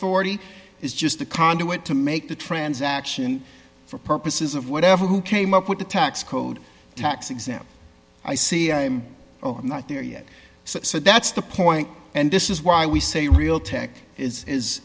hority is just the conduit to make the transaction for purposes of whatever who came up with the tax code tax exempt i see i'm not there yet so that's the point and this is why we say realtek is is